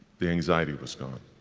the anxiety was gone.